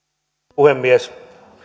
puhemies